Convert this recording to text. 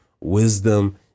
wisdom